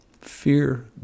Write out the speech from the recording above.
Fear